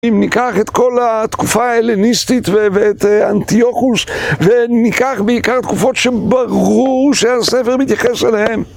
אם ניקח את כל התקופה ההלניסטית ואת אנטיוכוס וניקח בעיקר תקופות שברור שהספר מתייחס אליהן